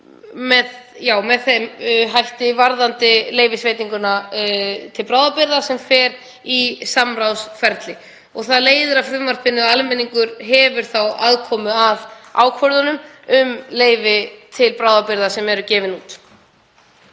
almennings varðandi leyfisveitinguna til bráðabirgða sem fer í samráðsferli. Það leiðir af frumvarpinu að almenningur hefur þá aðkomu að ákvörðunum um leyfi til bráðabirgða sem eru gefin út.